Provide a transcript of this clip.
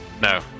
no